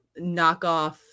knockoff